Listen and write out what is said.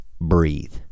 breathe